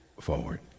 forward